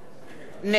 אליהו ישי,